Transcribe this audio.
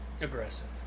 Aggressive